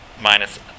minus